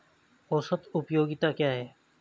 औसत उपयोगिता क्या है?